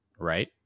right